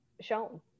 shown